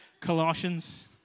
Colossians